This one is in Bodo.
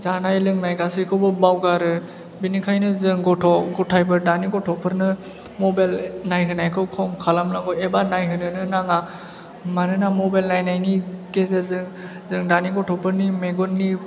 जानाय लोंनाय गासैखौबो बावगारो बिनिखायनो जों गथ' गथायफोर दानि गथ'फोरनो मबाइल नायहोनायखौ खम खालामनांगौ एबा नायहोनोनो नाङा मानोना मबाइल नायनायनि गेजेरजों जों दानि गथ'फोरनि मेगननि